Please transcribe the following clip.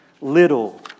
little